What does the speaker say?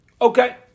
Okay